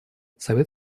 совет